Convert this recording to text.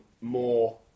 more